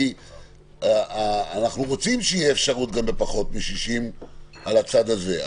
כי אנחנו רוצים שתהיה אפשרות גם בפחות מ-60% על הצד הזה.